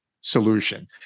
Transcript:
solution